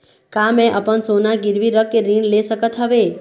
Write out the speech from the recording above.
का मैं अपन सोना गिरवी रख के ऋण ले सकत हावे?